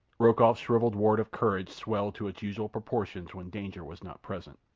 rokoff's shrivelled wart of courage swelled to its usual proportions when danger was not present.